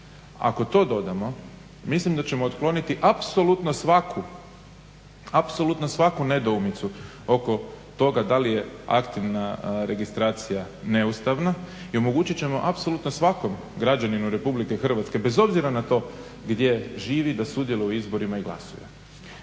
Ako to dodamo mislim da ćemo otkloniti apsolutno svaku, apsolutno svaku nedoumicu oko toga da li je aktivna registracija neustavna i omogućit ćemo apsolutno svakom građaninu RH bez obzira na to gdje živi da sudjeluje u izborima i glasuje.